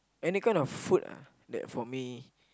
any kind of food ah that for me